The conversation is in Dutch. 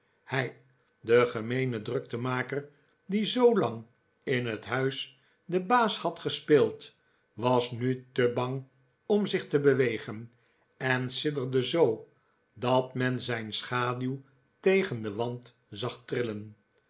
hij de gemeene druktemaker die zoolang in het huis den baas had gespeeld was nu te bang om zich te bewegen en sidderde zoo dat men zijn schaduw tegen den wand zag